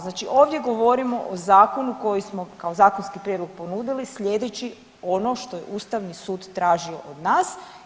Znači ovdje govorimo o zakonu koji smo kao zakonski prijedlog ponudili slijedeći ono što je Ustavni sud tražio od nas.